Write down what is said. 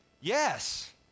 Yes